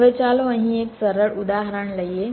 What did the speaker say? હવે ચાલો અહીં એક સરળ ઉદાહરણ લઈએ